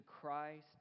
Christ